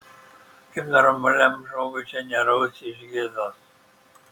kaip normaliam žmogui čia nerausti iš gėdos